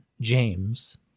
james